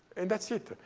and that's it.